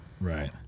Right